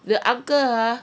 the uncle ah